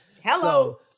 Hello